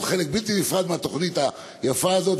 שהוא חלק בלתי נפרד מהתוכנית היפה הזאת,